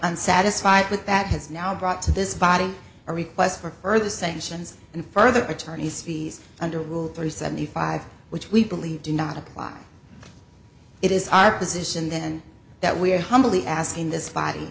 unsatisfied with that has now brought to this body a request for further sanctions and further attorneys fees under rule three seventy five which we believe do not apply it is our position then that we are humbly asking this body